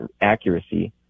accuracy